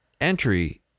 entry